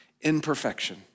imperfection